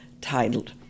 titled